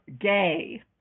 gay